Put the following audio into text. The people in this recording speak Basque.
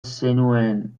zenuen